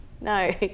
no